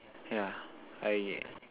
yeah I